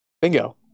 Bingo